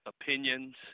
opinions